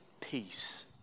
peace